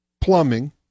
plumbing